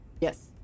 Yes